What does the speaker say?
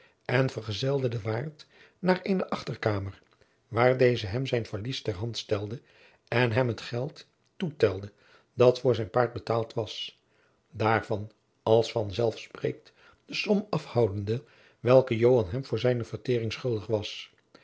en vergezelde den waard naar eene achterkamer waar deze hem zijn valies ter hand stelde en hem het geld toetelde dat voor zijn paard betaald was daarvan als van zelf spreekt de som afhoudende welke joan hem voor zijne verteering schuldig was